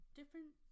different